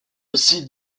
aussi